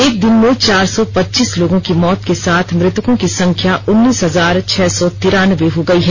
एक दिन में चार सौ पच्चीस लोगों की मौत के साथ मृतकों की संख्या उन्नीस हजार छह सौ तिरानवे हो गयी है